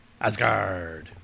Asgard